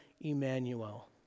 Emmanuel